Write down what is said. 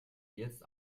jetzt